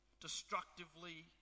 destructively